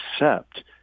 accept